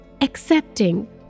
accepting